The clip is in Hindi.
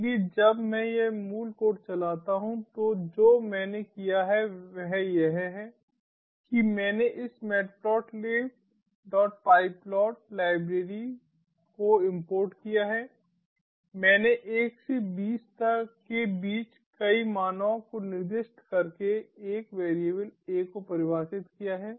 इसलिए जब मैं यह मूल कोड चलाता हूं तो जो मैंने किया है वह यह है कि मैंने इस matplotlib dot pyplot MATPLOTLIBpyplot library को इम्पोर्ट किया है मैंने 1 और 20 के बीच कई मानों को निर्दिष्ट करके एक वेरिएबल a को परिभाषित किया है